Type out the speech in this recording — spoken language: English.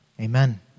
Amen